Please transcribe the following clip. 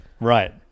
right